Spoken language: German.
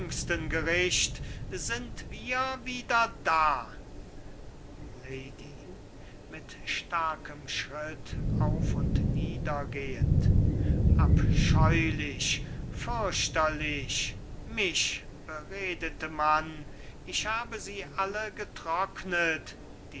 sind wir wieder da lady mit starkem schritt auf und nieder gehend abscheulich fürchterlich mich beredet man ich habe sie alle getrocknet